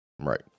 Right